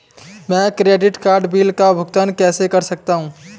मैं credit card bill का भुगतान कैसे कर सकता हूं?